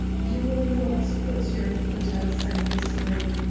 you will not put your foot outside this room.